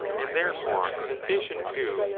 and therefore sensa tion, too,